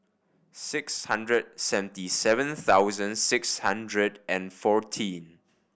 six hundred seventy seven thousand six hundred and fourteen